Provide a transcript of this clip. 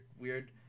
weird